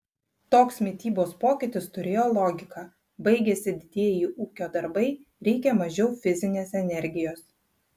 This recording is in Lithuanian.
toks mitybos pokytis turėjo logiką baigėsi didieji ūkio darbai reikia mažiau fizinės energijos